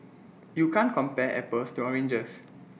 you can't compare apples to oranges